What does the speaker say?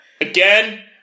again